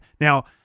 Now